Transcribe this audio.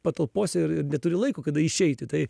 patalpose ir ir neturi laiko kada išeiti tai